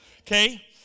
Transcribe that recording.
okay